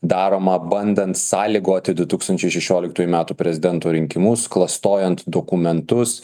daroma bandant sąlygoti du tūkstančiai šešioliktųjų metų prezidento rinkimus klastojant dokumentus